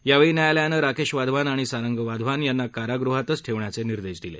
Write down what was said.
यावेळी न्यायालयानं राकेश वाधवान आणि सारंग वाधवान यांना कारागृहातच ठेवण्याचे निर्देश दिले